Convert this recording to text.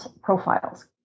profiles